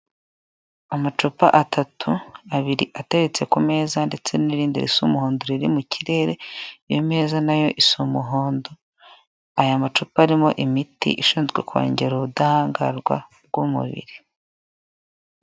Amacupa atatu abiri ateretse ku meza ndetse n'irindi risa umuhondo riri mu kirere, iyo meza nayo isu umuhondo. Aya macupa arimo imiti ishinzwe kongera ubudahangarwa bw'umubiri.